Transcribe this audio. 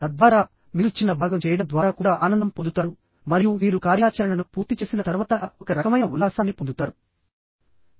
తద్వారా మీరు చిన్న భాగం చేయడం ద్వారా కూడా ఆనందం పొందుతారు మరియు మీరు కార్యాచరణను పూర్తి చేసిన తర్వాత ఒక రకమైన ఉల్లాసాన్ని పొందుతారు